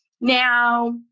now